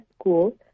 school